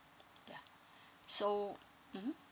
ya so mmhmm